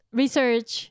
research